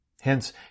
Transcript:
Hence